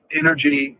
energy